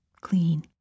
Clean